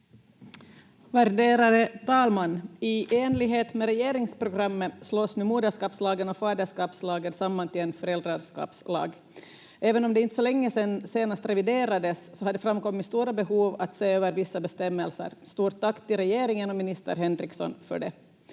Värderade talman! I enlighet med regeringsprogrammet slås nu moderskapslagen och faderskapslagen samman till en föräldraskapslag. Även om det inte så länge sedan senast reviderades har det framkommit stora behov att se över vissa bestämmelser. Stort tack till regeringen och minister Henriksson för det.